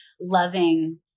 loving